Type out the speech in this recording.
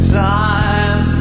time